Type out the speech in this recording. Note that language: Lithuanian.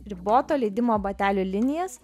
riboto leidimo batelių linijas